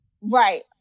right